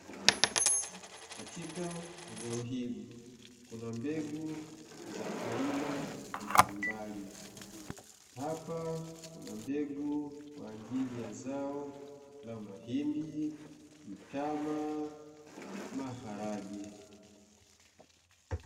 Katika eneo hili kuna mbegu za aina mbalimbali, hapa kuna mbegu kwa ajili ya zao la mahindi, mtama, maharage.